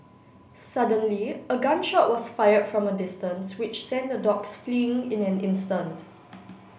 suddenly a gun shot was fired from a distance which sent the dogs fleeing in an instant